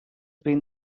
been